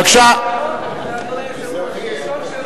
אפשר לשאול